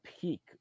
peak